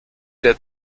der